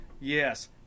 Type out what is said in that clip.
yes